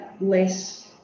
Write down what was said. less